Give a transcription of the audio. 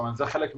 זה חלק מהתפיסה.